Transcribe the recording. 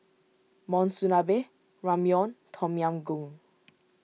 Monsunabe Ramyeon Tom Yam Goong